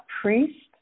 priest